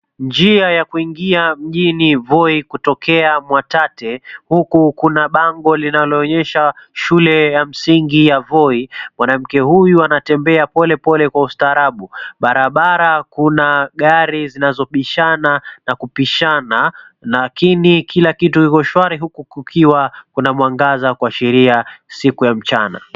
Njia ya kuingia mjini Voi kutokea Mwatate huku kuna bango linaloonyesha Shule ya Msingi ya Voi. Mwanamke huyu anatembea polepole kwa ustaarabu. Barabara kuna gari zinazobishana na kupishana, lakini kila kitu iko shwari huku kukiwa kuna mwangaza kuashiria siku ya mchana.